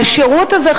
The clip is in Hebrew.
והשירות הזה,